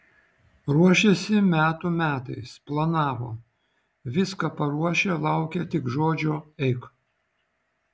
ruošėsi metų metais planavo viską paruošę laukė tik žodžio eik